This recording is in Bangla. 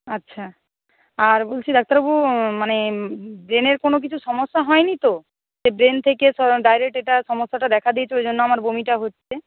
আচ্ছা আর বলছি ডাক্তারবাবু মানে ব্রেনের কোনো কিছু সমস্যা হয়নি তো ব্রেন থেকে ডাইরেক্ট এটা সমস্যাটা দেখা দিয়েছে ওই জন্য আমার বমিটা হচ্ছে